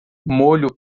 molho